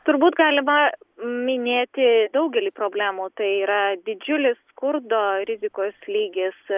turbūt galima minėti daugelį problemų tai yra didžiulis skurdo rizikos lygis